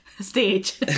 Stage